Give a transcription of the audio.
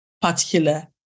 particular